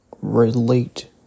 Relate